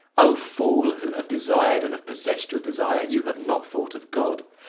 o fool! who have desired, and have possessed your desire, you have not thought of god!